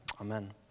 Amen